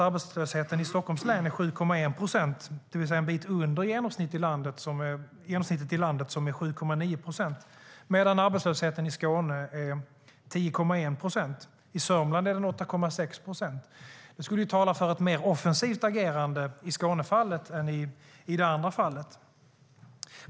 Arbetslösheten i Stockholms län är 7,1 procent, det vill säga en bit under genomsnittet i landet som är 7,9 procent. I Skåne uppgår arbetslösheten till 10,1 procent medan den är 8,6 procent i Sörmland. Det skulle tala för ett mer offensivt agerande i Skånefallet än i de andra fallen.